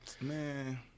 Man